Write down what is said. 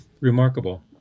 remarkable